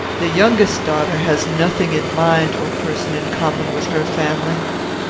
the youngest daughter has nothing in mind or person in common with her family.